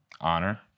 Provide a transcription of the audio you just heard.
Honor